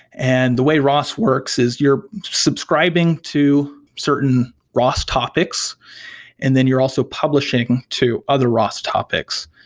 and the way ros works is you're subscribing to certain ros topics and then you're also publishing to other ros topics.